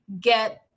get